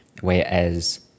Whereas